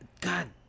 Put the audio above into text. God